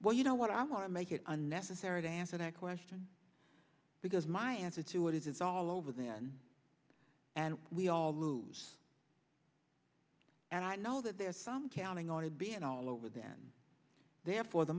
well you know what i want to make it unnecessary to answer that question because my answer to what is it's all over then and we all lose and i know that there is some accounting or to be an all over then there for the